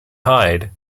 hyde